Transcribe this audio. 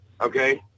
okay